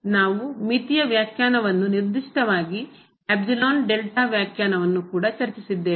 ನಾವು ಮಿತಿಯ ವ್ಯಾಖ್ಯಾನವನ್ನು ನಿರ್ದಿಷ್ಟವಾಗಿ ವ್ಯಾಖ್ಯಾನವನ್ನು ಕೂಡ ಚರ್ಚಿಸಿದ್ದೇವೆ